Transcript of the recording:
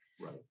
Right